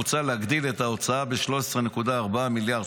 מוצע להגדיל את ההוצאה ב-13.4 מיליארד